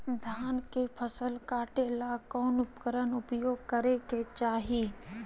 धान के फसल काटे ला कौन उपकरण उपयोग करे के चाही?